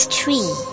tree